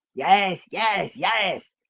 yes, yes! yes!